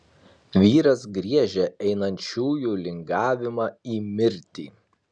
vyras griežia einančiųjų lingavimą į mirtį